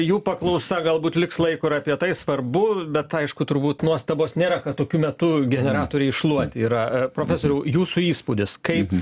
jų paklausa galbūt liks laiko ir apie tai svarbu bet aišku turbūt nuostabos nėra kad tokiu metu generatoriai iššluoti yra profesoriau jūsų įspūdis kaip